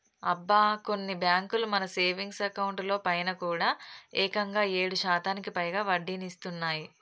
అబ్బా కొన్ని బ్యాంకులు మన సేవింగ్స్ అకౌంట్ లో పైన కూడా ఏకంగా ఏడు శాతానికి పైగా వడ్డీనిస్తున్నాయి